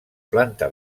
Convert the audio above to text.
planta